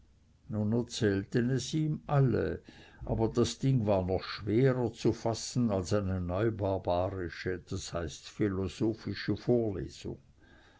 ihm alle aber das ding war noch schwerer zu fassen als eine neubarbarische das heißt philosophische vorlesung